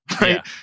right